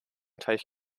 teich